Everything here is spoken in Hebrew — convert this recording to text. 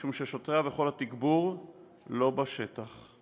משום ששוטריה וכל התגבור אינם בשטח,